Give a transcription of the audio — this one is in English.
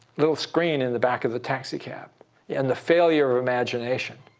little screen in the back of the taxicab and the failure of imagination.